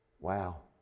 Wow